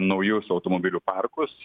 naujus automobilių parkus